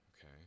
Okay